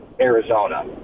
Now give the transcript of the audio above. Arizona